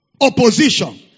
Opposition